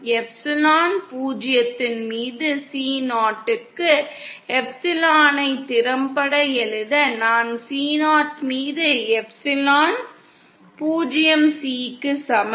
epsilon பூஜ்ஜியத்தின் மீது C0 க்கு எப்சிலனை திறம்பட எழுத C0 மீது எப்சிலன் 0 C க்கு சமம்